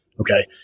Okay